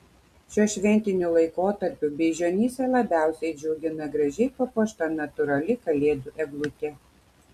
šiuo šventiniu laikotarpiu beižionyse labiausiai džiugina gražiai papuošta natūrali kalėdų eglutė